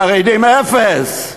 חרדים, אפס.